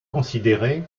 considéré